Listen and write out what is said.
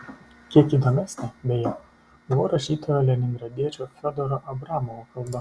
kiek įdomesnė beje buvo rašytojo leningradiečio fiodoro abramovo kalba